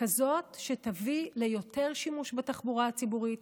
כזאת שתביא ליותר שימוש בתחבורה הציבורית,